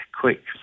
quick